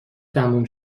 تموم